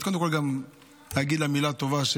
קודם כול גם אגיד לה מילה טובה,